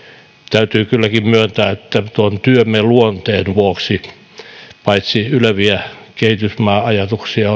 täytyy kylläkin myöntää että paitsi että työmme luonteen vuoksi meillä jokaisella on yleviä kehitysmaa ajatuksia